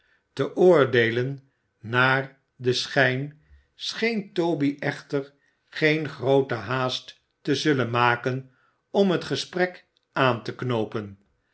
te oordeelen naar den schijn scheen toby echter geen groote haast te zullen maken om het gesprek aan te knoopen